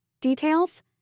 details